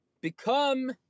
become